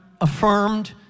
affirmed